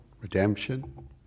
redemption